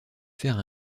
faire